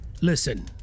Listen